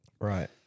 Right